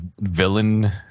villain